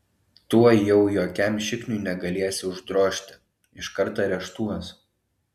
tuoj jau jokiam šikniui negalėsi uždrožti iškart areštuos